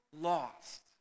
lost